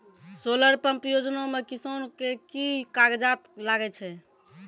Solar pump योजना म किसान के की कागजात लागै छै?